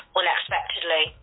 unexpectedly